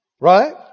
right